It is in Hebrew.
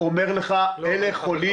אומר לך שהם חולים.